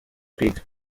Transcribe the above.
kwiga